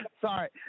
Sorry